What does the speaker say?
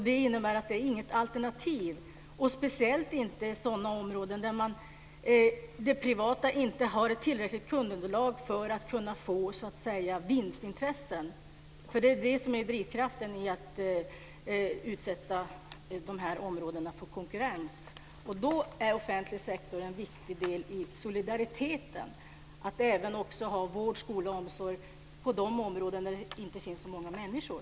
Det innebär att det inte är något alternativ, speciellt inte i sådana områden där det privata inte har ett tillräckligt kundunderlag för att kunna få vinstintressen. Det är ju det som är drivkraften i att utsätta de här områdena för konkurrens. Då är offentlig sektor en viktig del i solidariteten, att även ha vård, skola och omsorg i de områden där det inte finns så många människor.